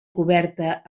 coberta